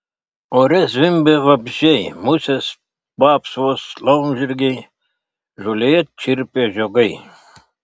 ore zvimbė vabzdžiai musės vapsvos laumžirgiai žolėje čirpė žiogai